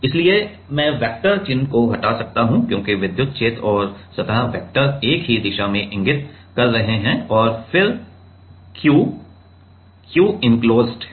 इसलिए मैं वेक्टर चिह्न को हटा सकता हूं क्योंकि विद्युत क्षेत्र और सतह वेक्टर एक ही दिशा में इंगित कर रहे हैं और फिर Q Q एनक्लोसड है